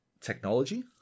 technology